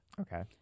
Okay